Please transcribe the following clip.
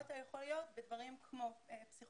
או אתה יכול להיות בדברים כמו פסיכולוגיה,